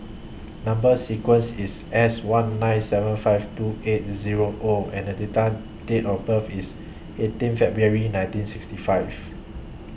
Number sequence IS S one nine seven five two eight Zero O and The Data Date of birth IS eighteen February nineteen sixty five